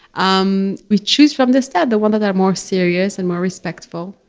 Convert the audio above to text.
um we choose from the staff the one that are more serious and more respectful.